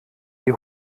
die